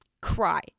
Cry